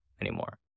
anymore